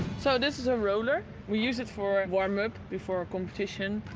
so this is a roller. we use it for warm-up before a competition.